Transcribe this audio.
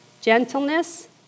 gentleness